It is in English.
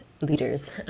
leaders